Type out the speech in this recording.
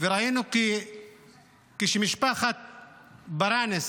וראינו שכשמשפחת ברנס,